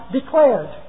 declared